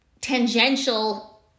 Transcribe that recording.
tangential